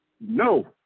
no